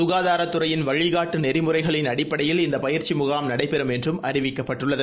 சுகாதாரத் துறையின் வழிகாட்டுநெறிமுறைகளின் அடிப்படையில் இந்தபயிற்சிமுகாம் நடைபெறும் என்றும் அறிவிக்கப்பட்டுள்ளது